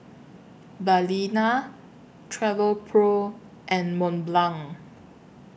Balina Travelpro and Mont Blanc